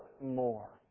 more